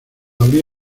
habría